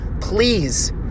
please